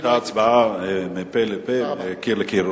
היתה הצבעה פה-אחד, מקיר לקיר.